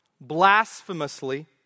blasphemously